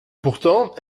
pourtant